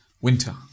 Winter